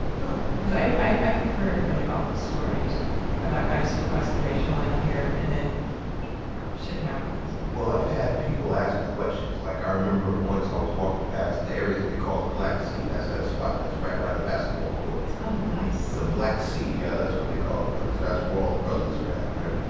no because i, i've heard really awful stories about guys who crossed the racial line here and then shit happens well, i've had people ask me questions. like, i remember once i was walking past the area that they call the black sea that's that spot that's right by the basketball court it's called the black sea? the black sea. yeah, that's what they call it, because that's where all the brothers are at, right,